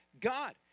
god